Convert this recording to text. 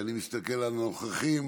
אני מסתכל על הנוכחים,